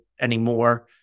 anymore